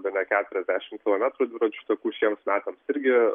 beveik keturiasdešimt kilometrų dviračių takų šiems metams irgi